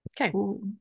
okay